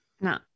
No